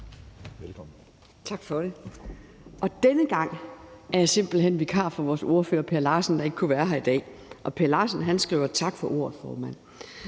Juul (KF): Tak for det. Denne gang er jeg simpelt hen vikar for vores ordfører på området, Per Larsen, der ikke kunne være her i dag, og Per Larsen skriver: Tak for ordet, formand.